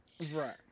Right